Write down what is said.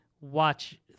watch